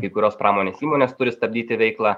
kai kurios pramonės įmonės turi stabdyti veiklą